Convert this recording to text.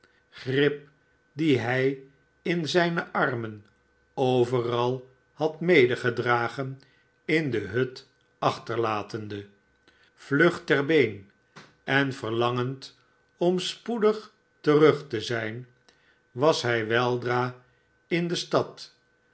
grip dien hij m zijne armen overal had mededrazen in de hut achterlatende vlug ter been en verlangend om spoedig terug te zijn was hij weldra m de stad